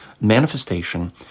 Manifestation